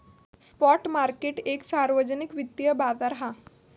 spot market एक सार्वजनिक वित्तिय बाजार हा